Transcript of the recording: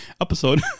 episode